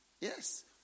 Yes